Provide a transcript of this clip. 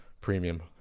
Premium